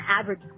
average